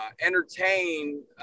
entertain